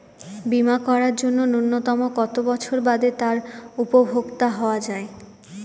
বীমা করার জন্য ন্যুনতম কত বছর বাদে তার উপভোক্তা হওয়া য়ায়?